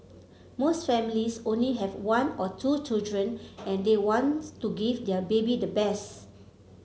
most families only have one or two children and they wants to give their baby the best